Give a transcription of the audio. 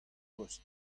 post